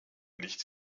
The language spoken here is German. nicht